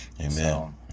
Amen